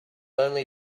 only